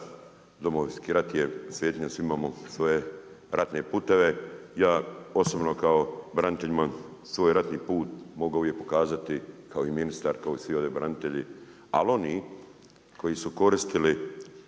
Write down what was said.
Domovinski rat je svetinja svima, svi imamo svoje ratne puteve. Ja osobno kao branitelj imam svoj ratni put, mogao bi pokazati, kao i ministar, kao i svi ovdje branitelji. Ali, oni koji su koristili,